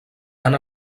han